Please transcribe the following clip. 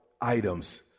items